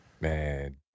Man